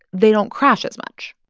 they don't crash as much.